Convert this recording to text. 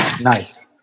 Nice